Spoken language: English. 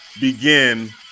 Begin